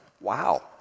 Wow